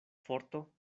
forto